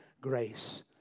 grace